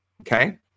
okay